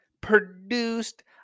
produced